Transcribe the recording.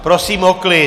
Prosím o klid!